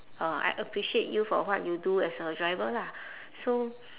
uh I appreciate you for what you do as a driver lah so